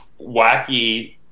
wacky